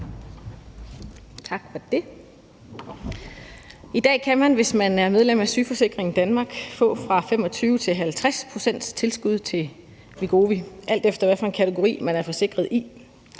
I dag kan man, hvis man er medlem af Sygeforsikringen »danmark«, få 25-50 pct. tilskud til Wegovy, alt efter hvad for en kategori man er forsikret i.